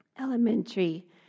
elementary